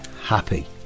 Happy